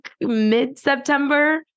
mid-September